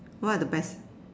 what are the best